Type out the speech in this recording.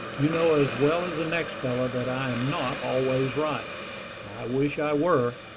you know as well as the next fellow that i am not always right i wish i were.